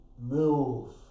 move